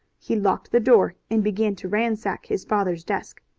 he locked the door, and began to ransack his father's desk.